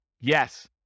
Yes